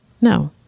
No